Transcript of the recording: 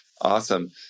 Awesome